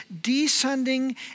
descending